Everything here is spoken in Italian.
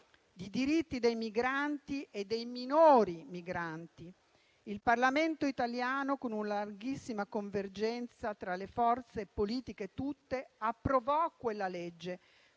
di diritti dei migranti e dei minori migranti, il Parlamento italiano, con una larghissima convergenza tra le forze politiche tutte, approvò quella legge,